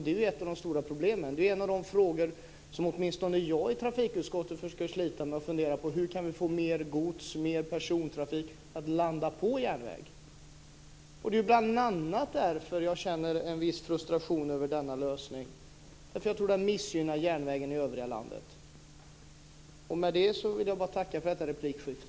Det är ett av de stora problemen. Det är en av de frågor som åtminstone jag försöker att slita med i trafikutskottet genom att fundera på hur vi kan få mer gods och mer persontrafik att landa på järnvägen. Det är bl.a. därför jag känner en viss frustration över denna lösning. Jag tror att den missgynnar järnvägen i övriga landet. Med det vill jag tacka för detta replikskifte.